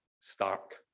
stark